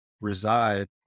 reside